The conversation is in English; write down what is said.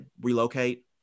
relocate